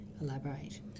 elaborate